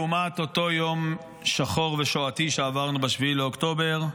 לעומת אותו יום שחור ושואתי שעברנו ב-7 באוקטובר.